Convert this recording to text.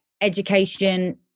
education